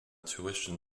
tuition